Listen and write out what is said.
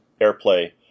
airplay